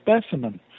specimen